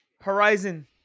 Horizon